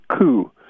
coup